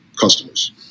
customers